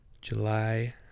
July